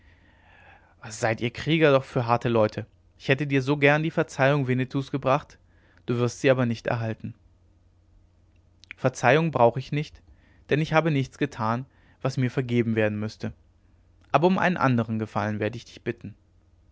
seid ihr krieger doch für harte leute ich hätte dir so gern die verzeihung winnetous gebracht du wirst sie aber nicht erhalten verzeihung brauche ich nicht denn ich habe nichts getan was mir vergeben werden müßte aber um einen andern gefallen werde ich dich bitten